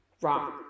wrong